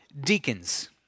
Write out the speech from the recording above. deacons